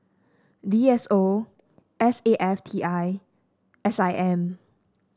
D S O S A F T I S I M